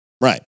right